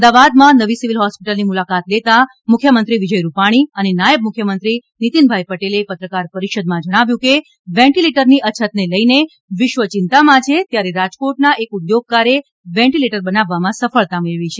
અમદાવાદમાં નવી સીવીલ હોસ્પીટલની મુલાકાત લેતા મુખ્યમંત્રી વિજય રૂપાણી અને નાયબ મુખ્યમંત્રી નીતીનભાઇ પટેલે પત્રકાર પરીષદમાં જણાવ્યું હતું કે વેન્ટીલેટરની અછતને લઇને વિશ્વ ચિંતામાં છે ત્યારે રાજકોટના એક ઉદ્યોગકારે વેન્ટીલેટર બનાવવામાં સફળતા મળી છે